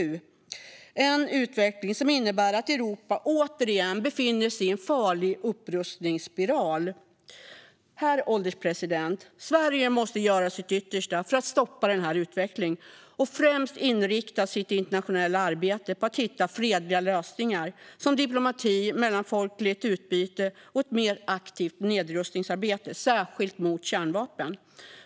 Det är en utveckling som innebär att Europa återigen befinner sig i en farlig rustningsspiral. Herr ålderspresident! Sverige måste göra sitt yttersta för att stoppa den här utvecklingen och främst inrikta sitt internationella arbete på att hitta fredliga lösningar som diplomati, mellanfolkligt utbyte och ett mer aktivt nedrustningsarbete, särskilt vad gäller kärnvapen.